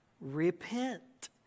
repent